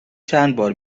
چندبار